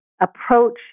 approach